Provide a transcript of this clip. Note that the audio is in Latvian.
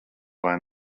vai